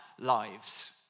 lives